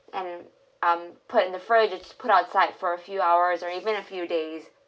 and um put in the fridge it's put outside for a few hours or even a few days